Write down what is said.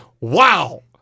Wow